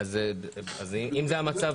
אם זה המצב,